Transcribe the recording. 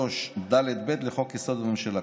ו-43ד(ב) לחוק-יסוד: הממשלה.